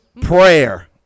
prayer